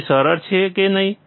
શું તે સરળ છે કે નહીં